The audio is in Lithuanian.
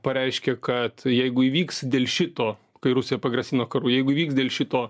pareiškė kad jeigu įvyks dėl šito kai rusija pagrasino karu jeigu įvyks dėl šito